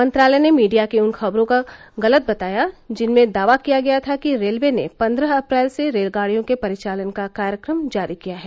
मंत्रालय ने मीडिया की उन खबरों को गलत बताया है जिनमें दावा किया गया था कि रेलवे ने पन्द्रह अप्रैल से रेलगाडियों के परिचालन का कार्यक्रम जारी किया है